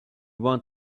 want